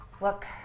Look